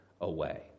away